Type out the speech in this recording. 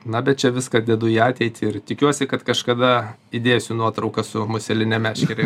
na bet čia viską dedu į ateitį ir tikiuosi kad kažkada įdėsiu nuotrauką su museline meškere